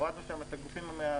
הורדנו שם את הגופים המתאמים,